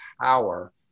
power